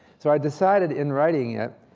so i decided, in writing it,